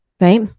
right